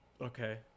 Okay